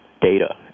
data